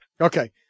Okay